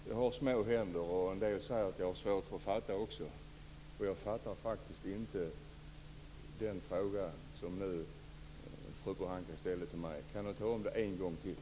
Fru talman! Jag har små händer. En del säger att jag har svårt att fatta. Jag fattar faktiskt inte vad fru Pohanka sade till mig. Kan fru Pohanka ta det en gång till?